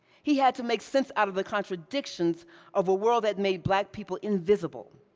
he had to make sense out of the contradictions of a world that made black people invisible.